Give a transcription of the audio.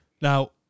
now